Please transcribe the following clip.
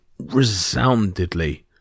resoundedly